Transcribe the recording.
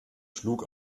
schlug